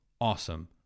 Awesome